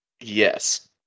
Yes